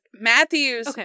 Matthews